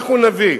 אנחנו נביא.